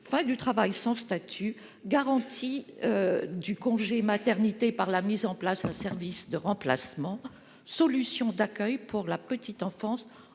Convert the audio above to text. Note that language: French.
fin du travail sans statut, garantie du congé maternité par la mise en place d'un service de remplacement, solutions d'accueil pour la petite enfance